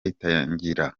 itangira